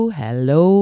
hello